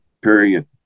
Period